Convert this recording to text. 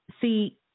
see